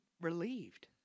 relieved